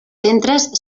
centres